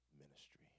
ministry